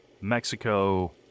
Mexico